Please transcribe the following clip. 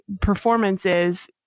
performances